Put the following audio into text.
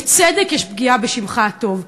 בצדק יש פגיעה בשמך הטוב,